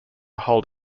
hold